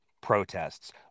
protests